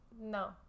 No